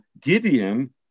Gideon